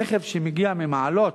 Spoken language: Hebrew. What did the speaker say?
רכב שמגיע ממעלות